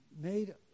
made